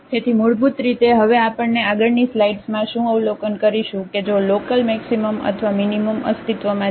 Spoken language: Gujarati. તેથી મૂળભૂત રીતે હવે આપણે આગળની સ્લાઇડ્સમાં શું અવલોકન કરીશું કે જો લોકલ મેક્સિમમ અથવા મીનીમમ અસ્તિત્વમાં છે